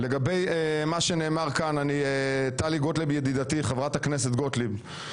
לגבי מה שנאמר כאן, חברת הכנסת גוטליב ידידתי,